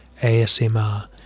ASMR